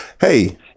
Hey